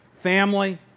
family